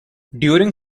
during